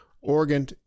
organ